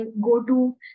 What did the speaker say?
go-to